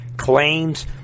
claims